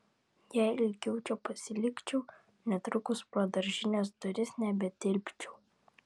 jei ilgiau čia pasilikčiau netrukus pro daržinės duris nebetilpčiau